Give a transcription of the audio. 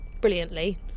brilliantly